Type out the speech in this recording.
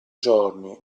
giorni